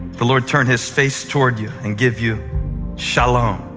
the lord turn his face toward you and give you shalom.